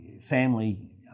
family